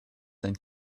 sein